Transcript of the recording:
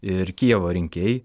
ir kijevo rinkėjai